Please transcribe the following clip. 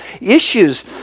issues